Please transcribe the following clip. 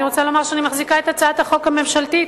אני מחזיקה את הצעת החוק הממשלתית,